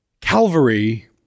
Calvary